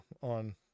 on